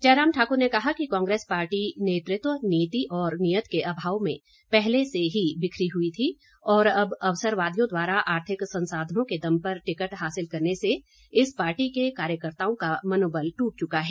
जयराम ठाकुर ने कहा कि कांग्रेस पार्टी नेतृत्व नीति और नीयत के अभाव में पहले से ही बिखरी हुई थी और अब अवसरवादियों द्वारा आर्थिक संसाधनों के दम पर टिकट हासिल करने से इस पार्टी के कार्यकर्ताओं का मनोबल टूट चुका है